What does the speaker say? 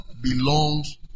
belongs